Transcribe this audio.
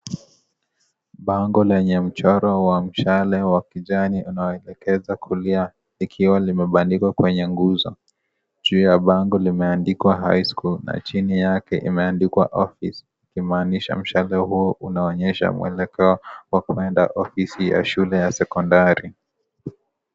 Bango lenye mchoro wa mshale wa kijani, unaoelekeza kulia. Likiwa limepandikwa kwenye nguzo. Juu ya bango limeandikwa, high school ,chini yake imeandikwa office . Kumanisha mshale huu unaonyesha mwelekeo wa kuenda ofisi ya shule ya sekondari.